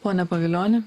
pone pavilioni